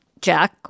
Jack